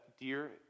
dear